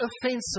offensive